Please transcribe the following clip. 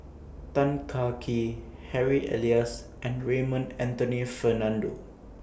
Tan Kah Kee Harry Elias and Raymond Anthony Fernando